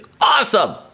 awesome